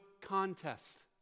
contest